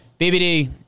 BBD